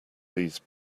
these